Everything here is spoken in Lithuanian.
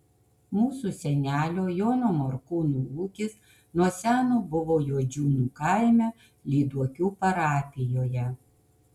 mūsų senelio jono morkūno ūkis nuo seno buvo juodžiūnų kaime lyduokių parapijoje